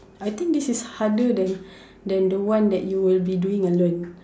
I think this is harder than than the one that you will be doing alone